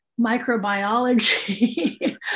microbiology